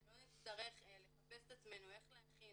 שלא נצטרך לחפש את עצמנו איך להכין,